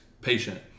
patient